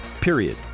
period